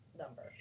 number